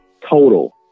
total